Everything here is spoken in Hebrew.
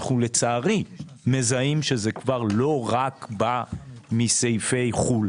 לצערי אנחנו מזהים שזה כבר לא בא רק מסעיפי חו"ל,